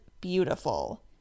beautiful